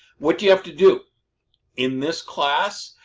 what do you have to do in this class?